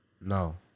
No